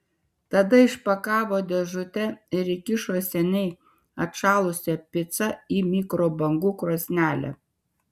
tada išpakavo dėžutę ir įkišo seniai atšalusią picą į mikrobangų krosnelę